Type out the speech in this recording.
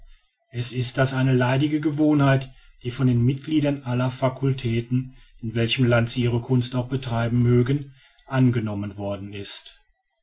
es ist das eine leidige gewohnheit die von den mitgliedern aller facultäten in welchem lande sie ihre kunst auch betreiben mögen angenommen worden ist